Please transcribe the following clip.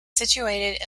situated